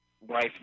wife